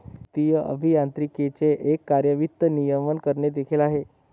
वित्तीय अभियांत्रिकीचे एक कार्य वित्त नियमन करणे देखील आहे